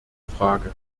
frage